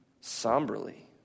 somberly